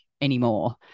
anymore